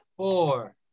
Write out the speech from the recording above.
Four